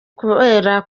kubera